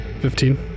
Fifteen